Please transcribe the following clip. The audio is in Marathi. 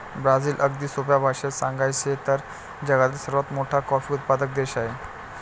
ब्राझील, अगदी सोप्या भाषेत सांगायचे तर, जगातील सर्वात मोठा कॉफी उत्पादक देश आहे